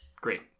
Great